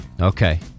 Okay